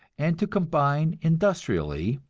and to combine industrially,